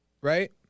right